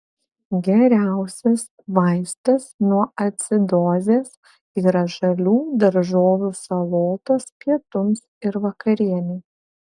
geriausias vaistas nuo acidozės yra žalių daržovių salotos pietums ir vakarienei